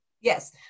Yes